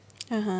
(uh huh)